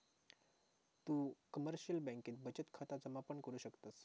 तु कमर्शिअल बँकेत बचत खाता जमा पण करु शकतस